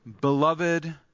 beloved